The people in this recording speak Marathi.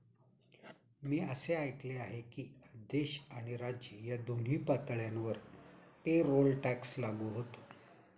मी असे ऐकले आहे की देश आणि राज्य या दोन्ही पातळ्यांवर पेरोल टॅक्स लागू होतो